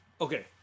Okay